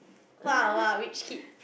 !wah! !wah! rich kid